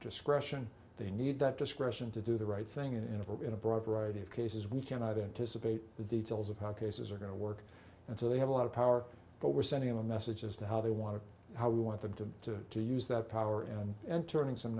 discretion they need that discretion to do the right thing in a vote in a broad variety of cases we cannot anticipate the details of how cases are going to work and so they have a lot of power but we're sending a message as to how they want to how we want them to to use that power and and turning some